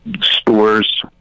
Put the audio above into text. stores